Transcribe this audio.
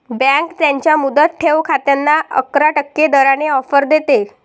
bank त्यांच्या मुदत ठेव खात्यांना अकरा टक्के दराने ऑफर देते